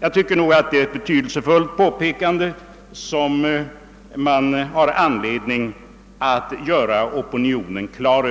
Det är ett betydelsefullt påpekande, som man har anledning att uppmärksamma opinionen på.